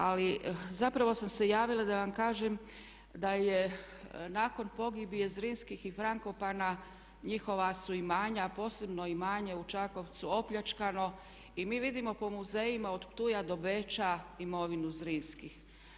Ali zapravo sam se javila da vam kažem da je nakon pogibije Zrinskih i Frankopana njihova su imanja, a posebno imanje u Čakovcu opljačkano i mi vidimo po muzejima od Ptuja do Beča imovinu Zrinskih.